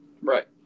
Right